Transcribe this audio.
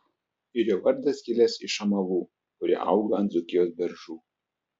ir jo vardas kilęs iš amalų kurie auga ant dzūkijos beržų